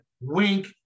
Wink